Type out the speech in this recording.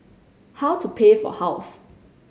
how to pay for house